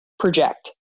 Project